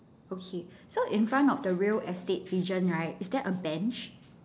okay so in front of the real estate agent right is there a bench